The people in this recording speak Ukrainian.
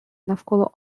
навколо